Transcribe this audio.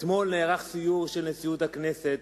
אתמול נערך סיור של נשיאות הכנסת